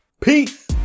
peace